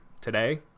today